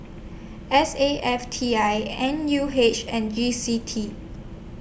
S A F T I N U H and G C E